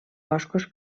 boscos